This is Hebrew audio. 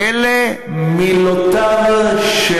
אלה מילותיו של,